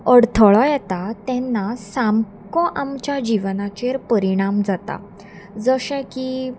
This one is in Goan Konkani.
अडथळो येता तेन्ना सामको आमच्या जिवनाचेर परिणाम जाता जशें की